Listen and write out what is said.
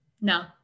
No